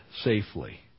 safely